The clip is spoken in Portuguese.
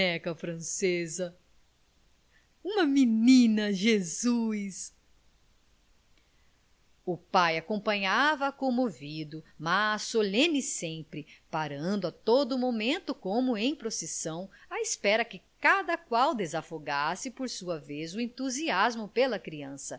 boneca francesa uma menina jesus o pai acompanhava a comovido mas solene sempre parando a todo momento como em procissão à espera que cada qual desafogasse por sua vez o entusiasmo pela criança